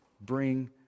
bring